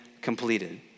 completed